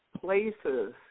places